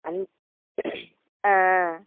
அஞ் ஆ ஆ